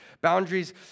boundaries